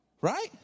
Right